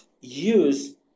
use